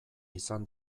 izan